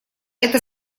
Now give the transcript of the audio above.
это